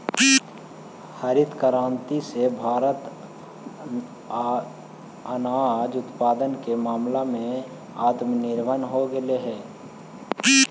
हरित क्रांति से भारत अनाज उत्पादन के मामला में आत्मनिर्भर हो गेलइ हे